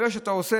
ברגע שאתה נותן